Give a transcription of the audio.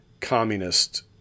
communist